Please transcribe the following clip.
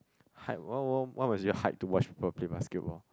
height what what what was your height to watch or play basketball